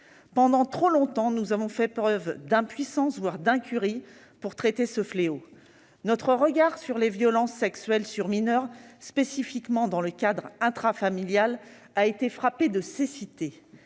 Pendant trop longtemps, nous avons fait preuve d'impuissance, voire d'incurie, dans le traitement de ce fléau. Sur les violences sexuelles sur mineurs, spécifiquement dans le cadre intrafamilial, nous avons été frappés de cécité.